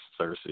Cersei